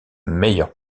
meilleure